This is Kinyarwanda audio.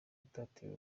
gutatira